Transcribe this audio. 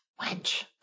Wench